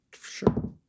Sure